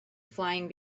flying